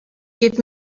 give